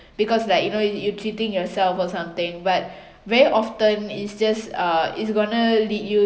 because like you know you you cheating yourself or something but very often it's just uh it's gonna lead you